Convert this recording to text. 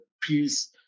piece